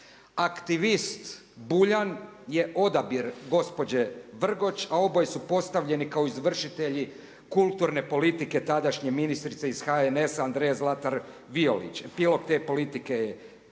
Aktivist Buljan je odabir gospođe Vrgoč, a oboje su postavljeni kao izvršitelji kulturne politike tadašnje ministrice iz HNS-a Andree Zlatar Violić. Pilot te politike je poznat.